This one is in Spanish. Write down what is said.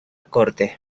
corte